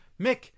Mick